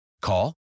Call